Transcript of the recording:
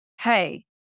hey